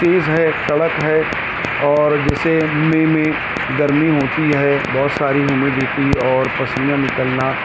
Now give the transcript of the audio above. تیز ہے کڑک ہے اور جیسے مے میں گرمی ہوتی ہے بہت ساری ہیومیڈیٹی اور پسینہ نکلنا